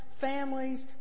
families